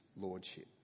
lordship